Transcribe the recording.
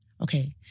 Okay